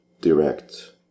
direct